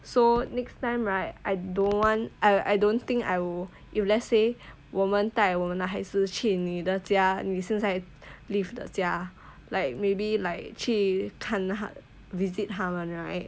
so next time right I don't want I I don't think I will if let's say 我们带我们的孩子去你的家你现在 live 的家 like maybe like 去看他 visit 他们 right